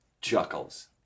Chuckles